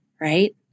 right